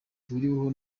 gihuriweho